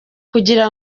kugira